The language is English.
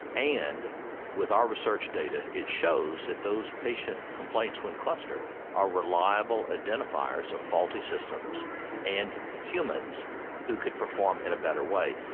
and with our research data it shows that those patient complaints when clustered are reliable identifiers of faulty systems and humans who could perform in a better way.